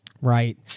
Right